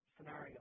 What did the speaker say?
scenario